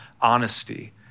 honesty